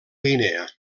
guinea